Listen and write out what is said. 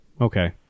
Okay